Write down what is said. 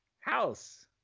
House